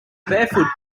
barefoot